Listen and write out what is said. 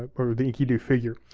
ah the enkidu figure.